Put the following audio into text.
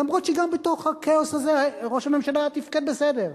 אף שגם בתוך הכאוס הזה ראש הממשלה תפקד בסדר.